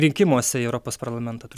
rinkimuose į europos parlamentą